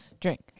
Drink